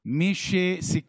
הוא, מי שסיכלו